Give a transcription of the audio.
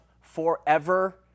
forever